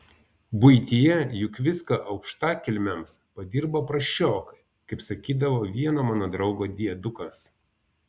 buityje juk viską aukštakilmiams padirba prasčiokai kaip sakydavo vieno mano draugo diedukas